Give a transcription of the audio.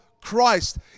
Christ